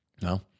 No